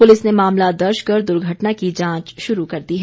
police ने मामला दर्ज कर दुर्घटना की जांच शुरू कर दी है